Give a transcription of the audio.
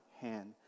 hand